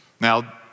Now